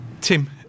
Tim